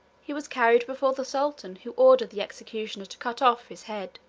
he was carried before the sultan, who ordered the executioner to cut off his head.